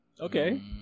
Okay